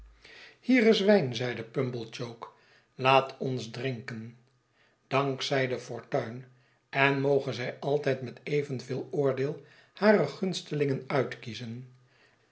hier is wijn zeide pumblechook laat ons drinken dank zij de fortuin en moge zij altijd met evenveel oordeel hare gunstelingen uitkiezen